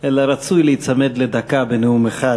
אלא רצוי להיצמד לדקה בנאום אחד.